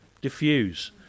diffuse